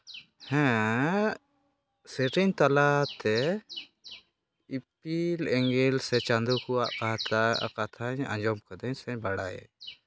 ᱦᱮᱸ ᱥᱮᱨᱮᱧ ᱛᱟᱞᱟᱛᱮ ᱤᱯᱤᱞ ᱮᱸᱜᱮᱞ ᱥᱮ ᱪᱟᱸᱫᱳ ᱠᱚᱣᱟᱜ ᱠᱟᱛᱷᱟᱧ ᱟᱸᱡᱚᱢ ᱠᱟᱹᱫᱟᱹᱧ ᱥᱮ ᱵᱟᱲᱟᱭᱟᱹᱧ